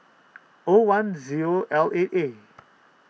O one zero L eight eight